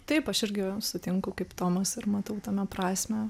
taip aš irgi sutinku kaip tomas ir matau tame prasmę